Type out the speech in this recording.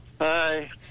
Hi